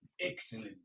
Excellent